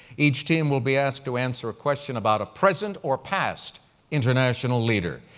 each team will be asked to answer a question about a present or past international leader.